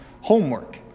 homework